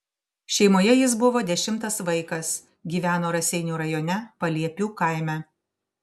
šeimoje jis buvo dešimtas vaikas gyveno raseinių rajone paliepių kaime